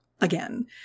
again